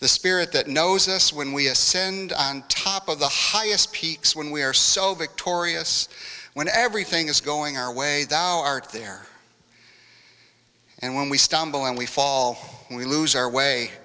the spirit that knows us when we ascend on top of the highest peaks when we are so victorious when everything is going our way down aren't there and when we stumble and we fall we lose our way